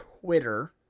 Twitter